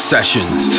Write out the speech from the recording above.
Sessions